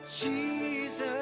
Jesus